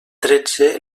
tretze